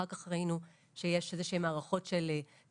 אחר כך ראינו שיש איזה שהן הערכות של צמיחה,